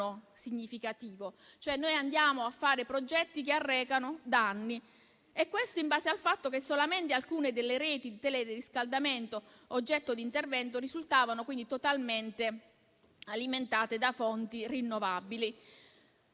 significativo. Pertanto, noi andiamo a fare progetti che arrecano danni e questo in base al fatto che solamente alcune delle reti di teleriscaldamento oggetto di intervento risultavano totalmente alimentate da fonti rinnovabili.